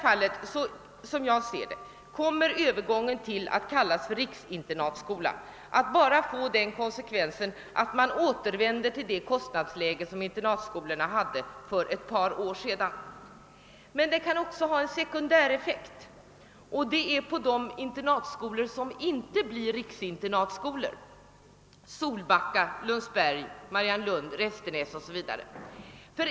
I detta fall, som jag ser det, kommer övergången till benämningen riksinternatskola att bara få den konsekvensen att man återvänder till det kostnadsläge som internatskolorna hade för ett par år sedan. Men det kan också ha en sekundäreffekt på de internatskolor som inte blir riksinternatskolor — Solbacka, Lundsberg, Mariannelundskolan, Restenässkolan för att nämna några.